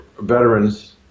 veterans